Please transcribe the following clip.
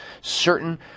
certain